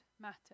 matter